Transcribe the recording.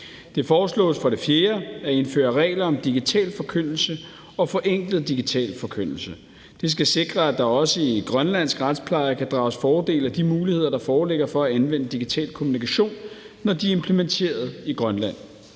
Det foreslås for det fjerde at indføre regler om digital forkyndelse og forenklet digital forkyndelse. Det skal sikre, at der også i grønlandsk retspleje kan drages fordel af de muligheder, der foreligger, for at anvende digital kommunikation, når de er implementeret i Grønland.